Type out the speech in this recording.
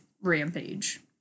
rampage